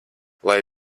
lai